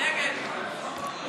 נגד דב חנין,